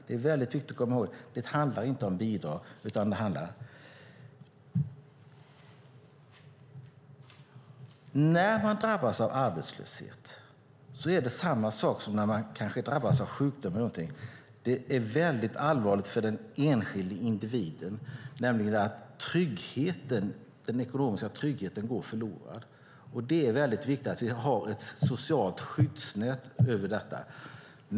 Det handlar inte om bidrag, utan det handlar om en försäkring. När man drabbas av arbetslöshet är det samma sak som när man kanske drabbas av sjukdom eller något annat. Det är mycket allvarligt för den enskilda individen, nämligen att den ekonomiska tryggheten går förlorad. Det är mycket viktigt att vi har ett socialt skyddsnät i fråga om detta.